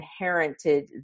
inherited